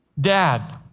dad